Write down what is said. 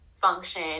function